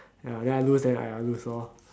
ya then I lose then I I lose lor